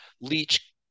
leach